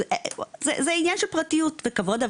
זה עניין של פרטיות וכבוד.